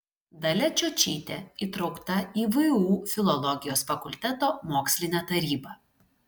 dalia čiočytė įtraukta į vu filologijos fakulteto mokslinę tarybą